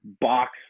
box